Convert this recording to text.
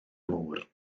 môr